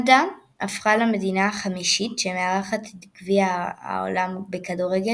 לפיכך ההצעות לאירוח המונדיאל אפשריות רק מארבע היבשות